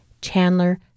Chandler